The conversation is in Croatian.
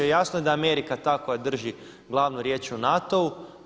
Jasno je da je Amerika ta koja drži glavnu riječ u NATO-u.